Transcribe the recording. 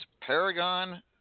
Paragon